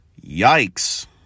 Yikes